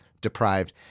deprived